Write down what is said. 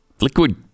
liquid